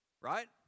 Right